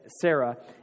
Sarah